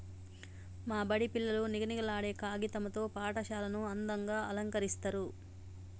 మా బడి పిల్లలు నిగనిగలాడే కాగితం తో పాఠశాలను అందంగ అలంకరిస్తరు